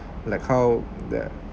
like how they're